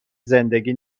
زندگی